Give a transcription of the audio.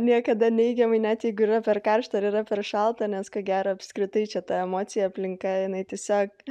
niekada neigiamai net jeigu yra per karšta ar yra per šalta nes ko gero apskritai čia ta emocija aplinka jinai tiesiog